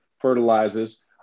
fertilizes